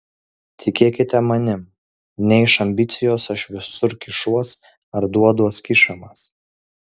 tikėkite manim ne iš ambicijos aš visur kišuos ar duoduos kišamas